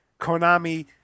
Konami